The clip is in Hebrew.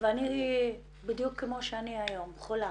ואני בדיוק כמו שאני היום, חולה,